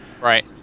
Right